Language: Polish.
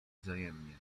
wzajemnie